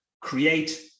create